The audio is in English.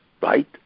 right